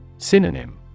Synonym